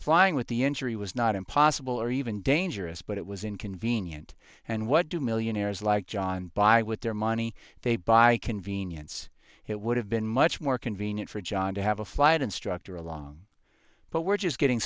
flying with the injury was not impossible or even dangerous but it was inconvenient and what do millionaires like john buy with their money they buy convenience it would have been much more convenient for john to have a flight instructor along but we're just getting